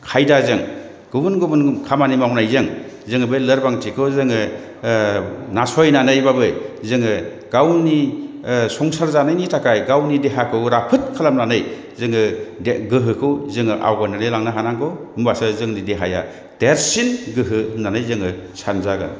खायदाजों गुबुन गुबुन खामानि मावनायजों जोङो बे लोरबांथिखौ जोङो नासयनानैबाबो जोङो गावनि संसार जानायनि थाखाय गावनि देहाखौ राफोद खालामनानै जोङो गोहोखौ जोङो आवगायनानै लांनो हानांगौ होनबासो जोंनि देहाया देरसिन गोहो होननानै जोङो सानजागोन